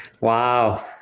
Wow